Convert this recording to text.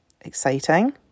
exciting